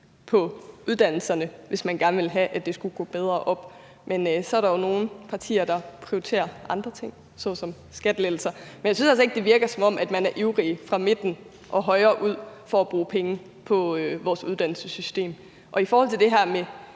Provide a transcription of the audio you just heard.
på uddannelserne, hvis man gerne ville have, at det skulle gå bedre op. Men så er der jo nogle partier, der prioriterer andre ting, såsom skattelettelser. Men jeg synes altså ikke, det virker, som om man fra midten og højre ud er ivrige efter at bruge penge på vores uddannelsessystem. I forhold til det her med,